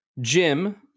Jim